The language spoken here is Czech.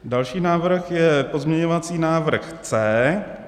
Další návrh je pozměňovací návrh C.